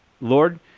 Lord